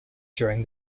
during